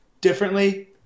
differently